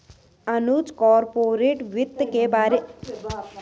अनुज corporate वित्त के बारे में क्या जानता है?